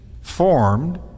formed